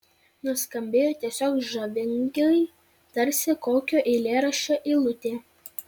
nuskambėjo tiesiog žavingai tarsi kokio eilėraščio eilutė